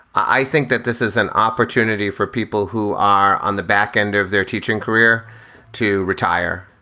i think that this is an opportunity for people who are on the back end of their teaching career to retire.